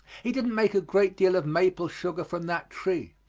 he didn't make a great deal of maple sugar from that tree.